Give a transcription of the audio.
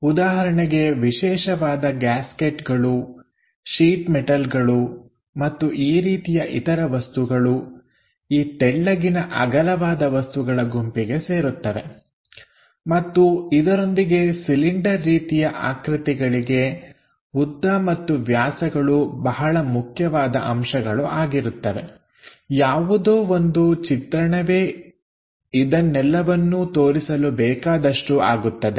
ಉದಾಹರಣೆಗೆ ವಿಶೇಷವಾದ ಗ್ಯಾಸ್ಕೆಟ್ಗಳು ಶೀಟ್ ಮೆಟಲ್ಗಳು ಮತ್ತು ಈ ರೀತಿಯ ಇತರ ವಸ್ತುಗಳು ಈ ತೆಳ್ಳಗಿನ ಅಗಲವಾದ ವಸ್ತುಗಳ ಗುಂಪಿಗೆ ಸೇರುತ್ತವೆ ಮತ್ತು ಇದರೊಂದಿಗೆ ಸಿಲಿಂಡರ್ ರೀತಿಯ ಆಕೃತಿಗಳಿಗೆ ಉದ್ದ ಮತ್ತು ವ್ಯಾಸಗಳು ಬಹಳ ಮುಖ್ಯವಾದ ಅಂಶಗಳು ಆಗಿರುತ್ತವೆಯಾವುದೋ ಒಂದು ಚಿತ್ರಣವೇ ಇದನ್ನೆಲ್ಲವನ್ನು ತೋರಿಸಲು ಬೇಕಾದಷ್ಟು ಆಗುತ್ತದೆ